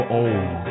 old